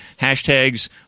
hashtags